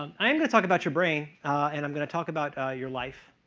um i'm going to talk about your brain and i'm going to talk about your life.